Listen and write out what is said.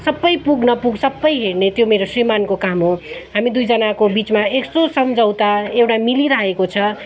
सबै पुग नपुग सबै हेर्ने त्यो मेरो श्रीमान्को काम हो हामी दुईजनाको बिचमा यसो सम्झौता एउटा मिलिरहेको छ